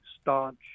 staunch